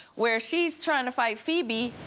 where's she's trying to fight feby.